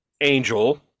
Angel